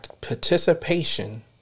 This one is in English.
participation